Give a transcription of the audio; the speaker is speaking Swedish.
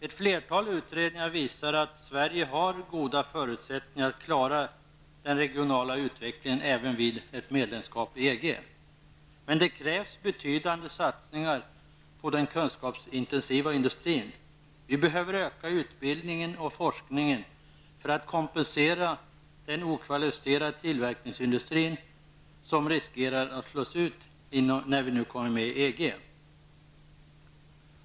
Ett flertal utredningar visar att Sverige har goda förutsättningar att klara den regionala utvecklingen även i händelse av medlemskap i EG. Men det krävs betydande satsningar på den kunskapsintensiva industrin. Vi behöver utöka utbildningen och forskningen för att kompensera den okvalificerade tillverkningsindustrin. Risken finns ju att denna slås ut när vi kommer med i EG.